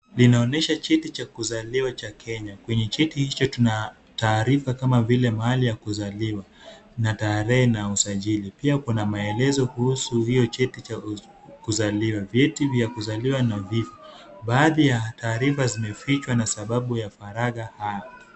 Linaonesha cheti cha kuzaliwa cha Kenya. Kwenye cheti hicho tuna taarifa kama vile mahali ya kuzaliwa na tarehe na usajili, Pia kuna maelezo kuhusu hiyo cheti cha kuzaliwa, vyeti vya kuzaliwa nadhifu . Baadhi ya taarifa zimefichwa na sababu ya faragha haya.